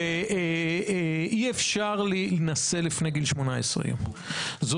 אני מברך את יוזמי החוק שחשבו על העניין הזה ולא